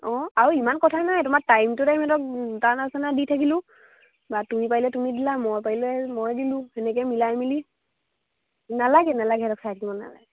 অঁ আৰু ইমান কথা নাই তোমাৰ টাইম টু টাইম সিহঁতক দানা চানা দি থাকিলোঁ বা তুমি পাৰিলে তুমি দিলা মই পাৰিলে মই দিলোঁ সেনেকৈ মিলাই মেলি নালাগে নালাগে সিহঁতক চাই থাকিব নালাগে